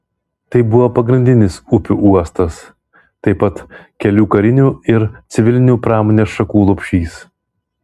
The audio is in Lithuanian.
tai buvo pagrindinis upių uostas taip pat kelių karinių ir civilinių pramonės šakų lopšys